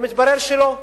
מתברר שלא.